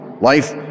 life